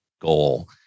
goal